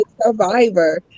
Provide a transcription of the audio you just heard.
survivor